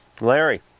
Larry